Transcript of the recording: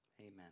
Amen